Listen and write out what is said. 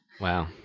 Wow